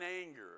anger